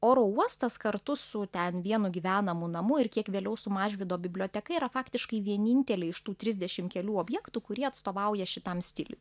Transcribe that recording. oro uostas kartu su ten vienu gyvenamu namu ir kiek vėliau su mažvydo biblioteka yra faktiškai vieninteliai iš tų trisdešim kelių objektų kurie atstovauja šitam stiliui